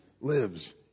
lives